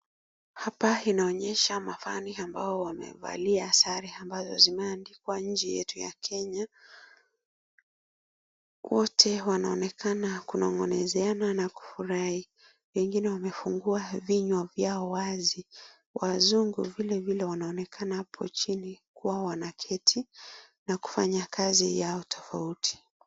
Hapa inaonyesha mafani ambao wamevalia sare ambazo zimeandikwa nchi yetu ya Kenya. Wote wanaonekana kunong'onezeana na kufurahi. Wengine wamefungua vinywa vyao wazi. Wazungu vilevile wanaonekana hapo chini kuwa wanaketi na kufanya kazi yao tofauti.